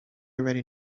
already